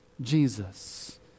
Jesus